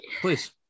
Please